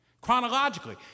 chronologically